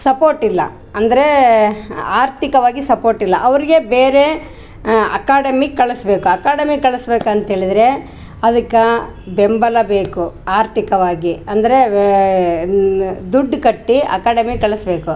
support ಇಲ್ಲ ಅಂದರೆ ಆರ್ಥಿಕವಾಗಿ ಸಪೋರ್ಟ್ ಇಲ್ಲ ಅವರಿಗೆ ಬೇರೆ ಅಕಡಮಿಕ್ ಕಲ್ಸ್ಬೇಕು ಅಕಡಮಿ ಕಲ್ಸ್ಬೇಕು ಅಂತೆಳಿದರೆ ಅದಕ್ಕೆ ಬೆಂಬಲ ಬೇಕು ಆರ್ಥಿಕವಾಗಿ ಅಂದರೆ ದುಡ್ಡು ಕಟ್ಟಿ ಅಕಾಡಮಿಗೆ ಕಲ್ಸ್ಬೇಕು